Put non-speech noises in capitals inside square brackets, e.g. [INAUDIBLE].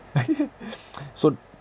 [LAUGHS] [NOISE] so